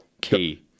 Key